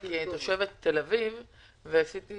כתושבת תל אביב ניסיתי